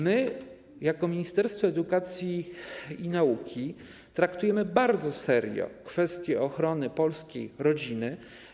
My, jako Ministerstwo Edukacji i Nauki, traktujemy bardzo serio kwestię ochrony polskiej rodziny.